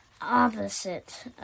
opposite